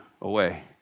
away